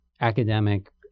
academic